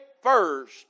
first